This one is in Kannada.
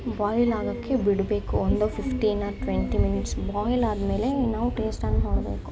ಬಾಯ್ಲ್ ಆಗೋಕ್ಕೆ ಬಿಡಬೇಕು ಒಂದು ಫಿಫ್ಟೀನ ಟ್ವೆಂಟಿ ಮಿನಿಟ್ಸ್ ಬಾಯ್ಲ್ ಆದಮೇಲೆ ನಾವು ಟೇಸ್ಟನ್ನ ನೋಡಬೇಕು